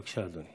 בבקשה, אדוני.